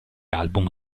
album